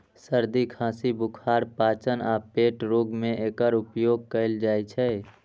सर्दी, खांसी, बुखार, पाचन आ पेट रोग मे एकर उपयोग कैल जाइ छै